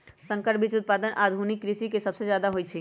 संकर बीज उत्पादन आधुनिक कृषि में सबसे जादे होई छई